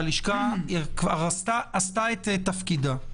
הלשכה כבר עשתה את תפקידה.